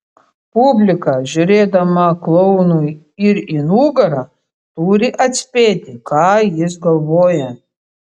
publika žiūrėdama klounui ir į nugarą turi atspėti ką jis galvoja